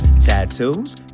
tattoos